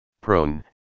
Prone